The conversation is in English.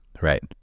Right